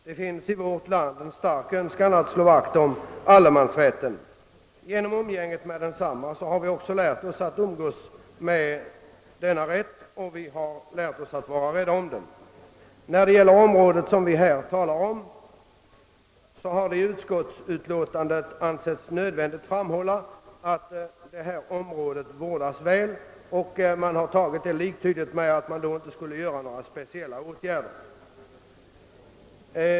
Det finns i vårt land en stark önskan att slå vakt om allemansrätten. Genom umgänget med denna har vi lärt oss att vara rädda om den. När det gäller det område som vi här talar om har det i utskottsutlåtandet ansetts nödvändigt framhålla att detta område vårdas väl, vilket vore liktydigt med att man inte skulle vidtaga några speciella åtgärder.